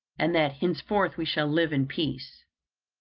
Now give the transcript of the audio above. and that henceforth we shall live in peace.